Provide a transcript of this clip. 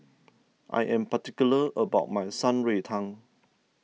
I am particular about my Shan Rui Tang